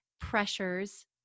pressures